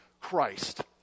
Christ